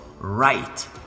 right